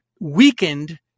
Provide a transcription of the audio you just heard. weakened